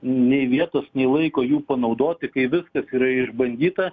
nei vietos nei laiko jų panaudoti kai viskas yra išbandyta